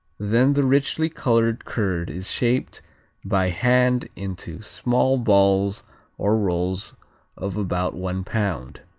then the richly colored curd is shaped by hand into small balls or rolls of about one pound.